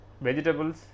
vegetables